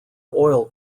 oil